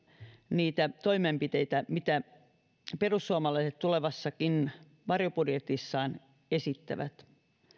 niitä toimenpiteitä mitä perussuomalaiset tulevassakin varjobudjetissaan esittävät